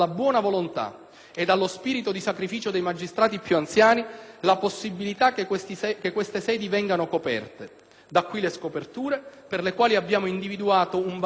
ed allo spirito di sacrificio dei magistrati più anziani la possibilità che queste sedi vengano coperte. Da qui le scoperture, per le quali abbiamo individuato un valido rimedio.